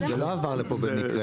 זה לא עבר לפה במקרה.